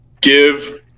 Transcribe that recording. give